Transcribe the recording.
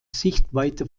sichtweite